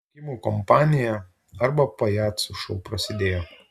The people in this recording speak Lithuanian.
rinkimų kampanija arba pajacų šou prasidėjo